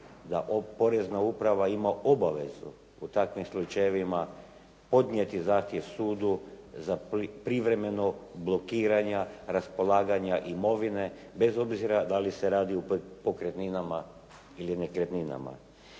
da porezna uprava ima obavezu u takvim slučajevima podnijeti zahtjev sudu za privremeno blokiranja raspolaganja imovine, bez obzira dali se radi o pokretninama ili nekretninama.